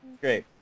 great